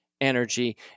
energy